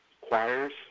choirs